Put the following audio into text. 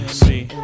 see